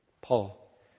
Paul